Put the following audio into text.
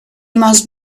must